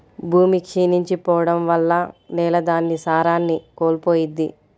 భూమి క్షీణించి పోడం వల్ల నేల దాని సారాన్ని కోల్పోయిద్ది